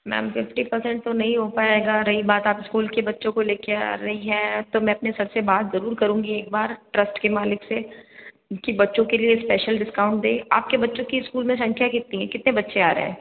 ma'am fifty percent तो नहीं हो पाएगा रही बात आप स्कूल के बच्चों को लेकर आ रही है तो मैं अपने सर बात जरूर करूंगी एक बार ट्रस्ट के मालिक से कि बच्चों के लिए स्पेशल डिस्काउंट दे आपके बच्चों की स्कूल में संख्या कितनी है कितने बच्चे आ रहे हैं